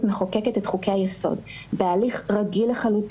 שרשות מבצעת ורשות מחוקקת עצמאיות יכולות להפעיל זו על זו,